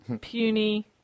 Puny